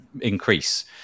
increase